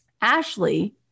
Ashley